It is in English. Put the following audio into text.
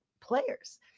players